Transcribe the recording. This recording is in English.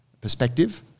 perspective